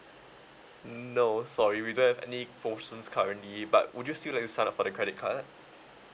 no sorry we don't have any promotions currently but would you still like to sign up for the credit card